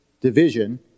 division